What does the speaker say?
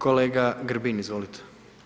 Kolega Grbin izvolite.